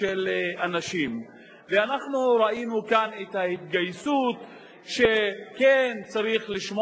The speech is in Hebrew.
אני חושב שאנחנו עדיין במצב שבמקום שלא צריך,